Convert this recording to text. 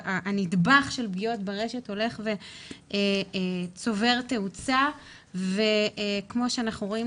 הנדבך של פגיעות ברשת הולך וצובר תאוצה וכמו שאנחנו רואים,